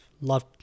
love